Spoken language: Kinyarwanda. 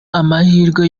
amahirwe